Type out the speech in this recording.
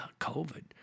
COVID